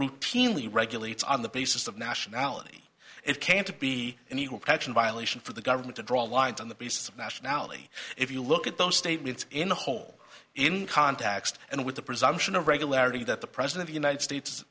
routinely regulates on the basis of nationality it can't be an equal protection violation for the government to draw lines on the basis of nationality if you look at those statements in the hole in context and with the presumption of regularity that the president the united states